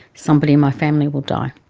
somebody in my family will die.